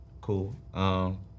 Cool